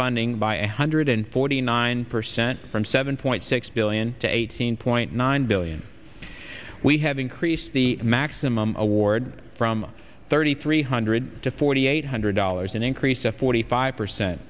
funding by a hundred and forty nine percent from seven point six billion to eighteen point nine billion we have increased the maximum award from thirty three hundred to forty eight hundred dollars an increase of forty five percent